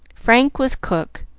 frank was cook,